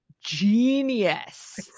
genius